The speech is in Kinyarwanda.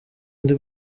ndi